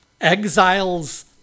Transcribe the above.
exiles